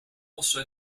also